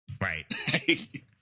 Right